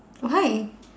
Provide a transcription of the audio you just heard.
why